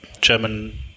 German